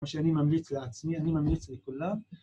מה שאני ממליץ לעצמי, אני ממליץ לכולם.